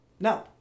No